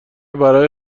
برای